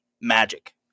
magic